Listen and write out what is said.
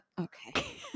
okay